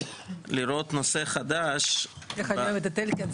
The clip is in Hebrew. לראות נושא חדש --- איך אני אוהב את אלקין,